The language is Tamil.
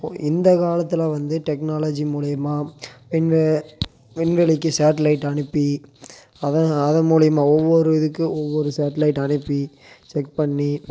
இப்போது இந்த காலத்தில் வந்து டெக்னாலஜி மூலயமா வின்வெ விண்வெளிக்கு ஷேட்லைட் அனுப்பி அதை அதை மூலயமா ஒவ்வொரு இதுக்கும் ஒவ்வொரு ஷேட்லைட் அனுப்பி செக் பண்ணி